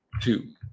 two